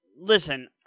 Listen